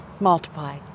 Multiply